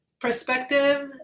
perspective